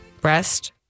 breast